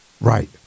right